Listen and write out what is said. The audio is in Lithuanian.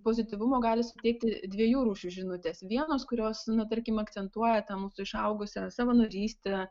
pozityvumo gali suteikti dviejų rūšių žinutės vienos kurios nu tarkim akcentuoja ten mūsų išaugusią savanorystę